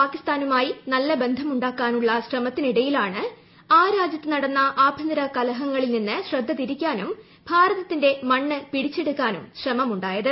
പാകിസ്ഥാനുമായി നല്ല ബന്ധമുണ്ടാക്കാനുള്ള ശ്രമത്തിനിടയിലാണ് ആ രാജ്യത്തു നടന്ന ആഭ്യന്തര കലഹങ്ങളിൽ നിന്ന് ശ്രദ്ധ തിരിക്കാനും ഭാരതത്തിന്റെ മണ്ണ് പിടിച്ചെട്ടുക്കാനും ശ്രമമുണ്ടായത്